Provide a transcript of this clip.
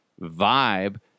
vibe